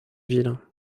vilain